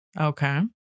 Okay